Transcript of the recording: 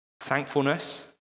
Thankfulness